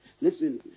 Listen